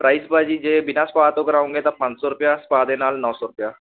price ਭਾਅ ਜੀ ਜੇ ਬਿਨਾਂ ਸਪਾ ਤੋਂ ਕਰਾਉਂਗੇ ਤਾਂ ਪੰਜ ਸੌ ਰੁਪਇਆ ਸਪਾ ਦੇ ਨਾਲ ਨੌ ਸੌ ਰੁਪਇਆ